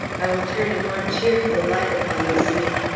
i will turn a more cheerful light upon the scene.